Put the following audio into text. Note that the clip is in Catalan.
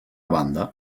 banda